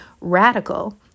radical